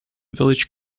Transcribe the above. village